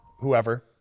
whoever